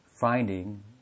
finding